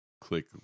click